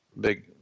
Big